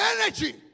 energy